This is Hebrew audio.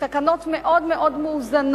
תקנות מאוד מאוזנות.